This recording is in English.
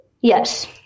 Yes